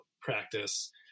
practice